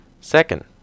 Second